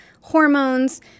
hormones